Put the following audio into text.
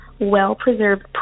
well-preserved